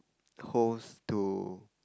holes to